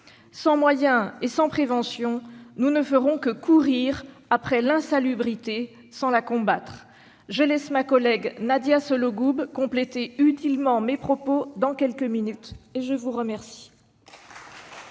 Sans moyens et sans prévention, nous ne ferons que « courir » après l'insalubrité, sans la combattre. Je laisse ma collègue Nadia Sollogoub compléter utilement mes propos dans quelques minutes. La parole